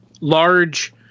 large